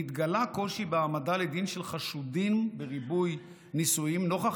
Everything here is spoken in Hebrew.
נתגלה קושי בהעמדה לדין של חשודים בריבוי נישואים נוכח